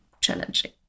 challenging